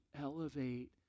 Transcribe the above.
elevate